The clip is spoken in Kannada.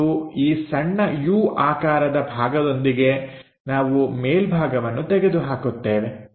ಮತ್ತು ಈ ಸಣ್ಣ U ಆಕಾರದ ಭಾಗದೊಂದಿಗೆ ನಾವು ಮೇಲ್ಭಾಗವನ್ನು ತೆಗೆದು ಹಾಕುತ್ತೇವೆ